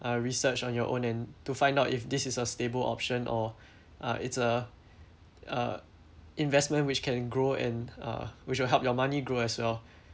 uh research on your own and to find out if this is a stable option or uh it's a uh investment which can grow and uh which will help your money grow as well